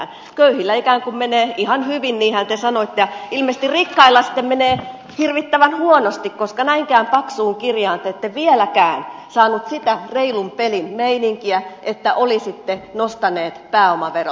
köyhillä ikään kuin menee ihan hyvin niinhän te sanoitte ja ilmeisesti rikkailla sitten menee hirvittävän huonosti koska näinkään paksuun kirjaan te ette vieläkään saaneet sitä reilun pelin meininkiä että olisitte nostaneet pääomaveroa